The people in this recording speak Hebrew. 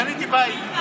קניתי בית.